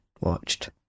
watched